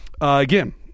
Again